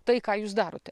tai ką jūs darote